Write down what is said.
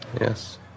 Yes